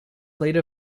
plate